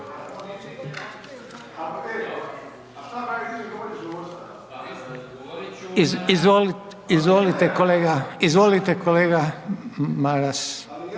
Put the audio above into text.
Izvolite kolega Maras.